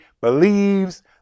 believes